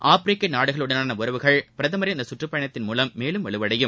ஆப்பிரிக்க நாடுகளுடனான உறவுகள் பிரதமரின் இந்த சுற்றுப் பயணத்தின் மூலம் மேலும் வலுவடையும்